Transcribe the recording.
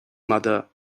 mother